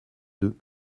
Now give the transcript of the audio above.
deux